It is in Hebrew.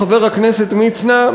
חבר הכנסת מצנע,